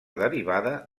derivada